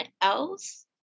else